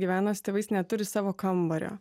gyvena su tėvais neturi savo kambario